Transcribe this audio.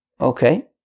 Okay